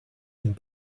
and